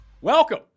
Welcome